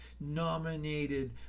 nominated